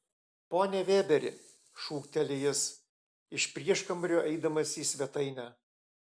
pone vėberi šūkteli jis iš prieškambario eidamas į svetainę